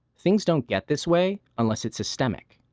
things don't get this way unless its systemic.